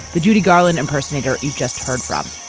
the judy garland impersonator. you've just heard from.